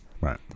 Right